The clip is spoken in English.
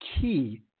key